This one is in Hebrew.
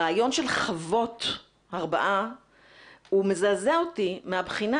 הרעיון של חוות הרבעה מזעזע אותי מהבחינה